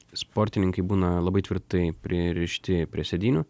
sportininkai būna labai tvirtai pririšti prie sėdynių